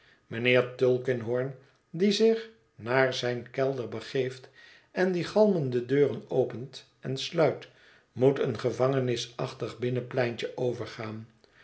mijnheer tulkinghorn die zich naar zijn kelder begeeft en die galmende deuren opent en sluit moet een gevangenisachtig binnenpleintje overgaan